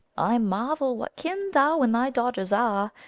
i marvel what kin thou and thy daughters are.